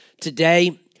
Today